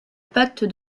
pacte